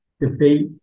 debate